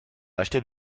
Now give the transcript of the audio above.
acheter